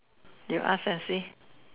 you ask and see